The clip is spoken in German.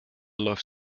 läuft